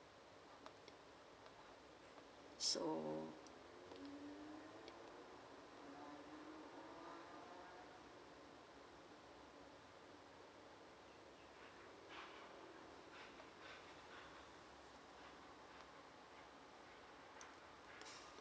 so